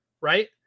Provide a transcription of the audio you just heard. right